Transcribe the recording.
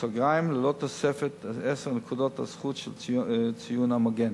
ללא תוספת עשר נקודות הזכות של ציון המגן,